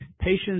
patients